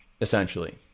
essentially